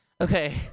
Okay